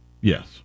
Yes